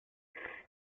tang